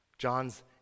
John's